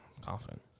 Confident